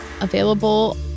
available